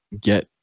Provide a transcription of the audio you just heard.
get